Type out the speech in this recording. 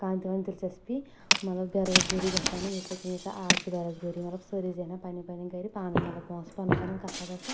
کانٛہہ دِوان دِلچسپی مطلب بےٚ روزگٲری گژِھہِ ہا نہٕ ییٖژا کینٛہہ ییٖژا آز چھِ بےٚ روزگٲری مطلب سٲری زینہٕ ہن پننہِ پننہِ گرٕ پانے مطلب پونٛسہٕ پنُن پنُن کسب آسیا